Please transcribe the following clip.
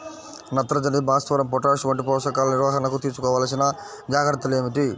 నత్రజని, భాస్వరం, పొటాష్ వంటి పోషకాల నిర్వహణకు తీసుకోవలసిన జాగ్రత్తలు ఏమిటీ?